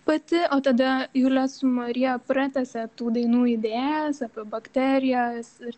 pati o tada julija marija pratęsė tų dainų idėjas apie bakterijas ir